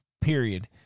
period